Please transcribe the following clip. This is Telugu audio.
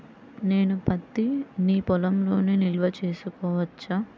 నేను పత్తి నీ పొలంలోనే నిల్వ చేసుకోవచ్చా?